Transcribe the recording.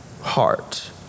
heart